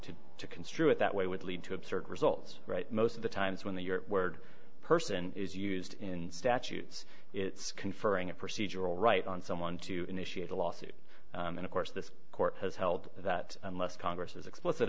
to construe it that way would lead to absurd results right most of the times when the your word person is used in statutes it's conferring a procedural right on someone to initiate a lawsuit and of course this court has held that unless congress is explicit